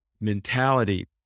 mentality